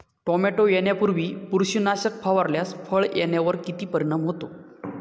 Tomato येण्यापूर्वी बुरशीनाशक फवारल्यास फळ येण्यावर किती परिणाम होतो?